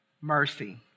mercy